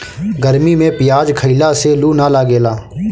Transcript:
गरमी में पियाज खइला से लू ना लागेला